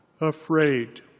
afraid